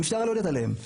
המשטרה לא יודעת עליהם.